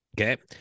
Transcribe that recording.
okay